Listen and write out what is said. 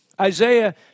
Isaiah